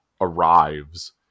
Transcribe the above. arrives